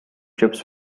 chips